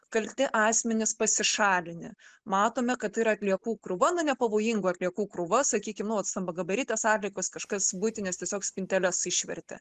kalti asmenys pasišalinę matome kad tai yra atliekų krūva na nepavojingų atliekų krūva sakykim nu vat stambagabaritės atliekos kažkas buitines tiesiog spinteles išvertė